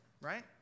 right